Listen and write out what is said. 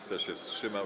Kto się wstrzymał?